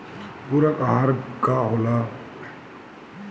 पुरक अहार का होला?